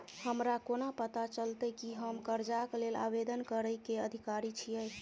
हमरा कोना पता चलतै की हम करजाक लेल आवेदन करै केँ अधिकारी छियै?